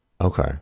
Okay